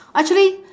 actually